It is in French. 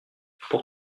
pour